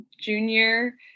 junior